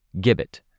Gibbet